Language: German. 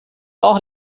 auch